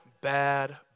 bad